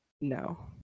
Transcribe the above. no